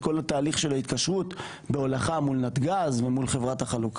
כל התהליך של ההתקשרויות בהולכה מול נתגז ומול חברת החלוקה.